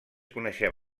coneixem